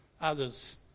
others